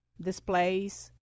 displays